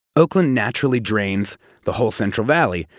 oakland naturally drains the whole central valley,